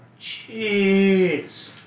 Jeez